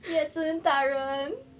夜侦大人